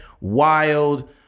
wild